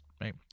right